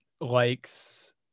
likes